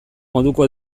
moduko